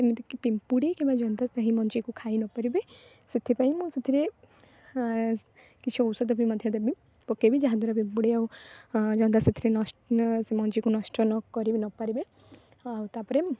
ଯେମିତିକି ପିମ୍ପୁଡ଼ି କିମ୍ବା ଜନ୍ଦା ସେହି ମଞ୍ଜିକୁ ଖାଇନପାରିବେ ସେଥିପାଇଁ ମୁଁ ସେଥିରେ କିଛି ଔଷଧ ବି ମୁଁ ମଧ୍ୟ ଦେବି ପକାଇବି ଯାହାଦ୍ଵାରା ପିମ୍ପୁଡ଼ି ଆଉ ଜନ୍ଦା ସେଥିରେ ନଷ୍ ସେ ମଞ୍ଜିକୁ ନଷ୍ଟ ନକରି ନପାରିବେ ଆଉ ତା'ପରେ